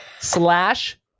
slash